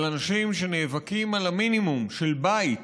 על אנשים שנאבקים על המינימום של בית